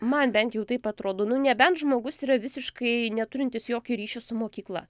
man bent jau taip atrodo nu nebent žmogus yra visiškai neturintis jokio ryšio su mokykla